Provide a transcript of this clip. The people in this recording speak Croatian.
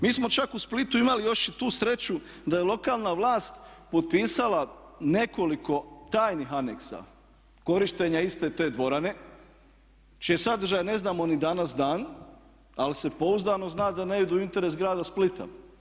Mi smo čak u Splitu imali još i tu sreću da je lokalna vlast potpisala nekoliko tajnih aneksa korištenja iste te dvorane čiji sadržaj ne znamo ni danas dan ali se pouzdano zna da ne idu u interes grada Splita.